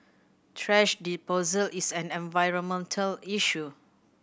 thrash disposal is an environmental issue